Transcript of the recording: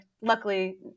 Luckily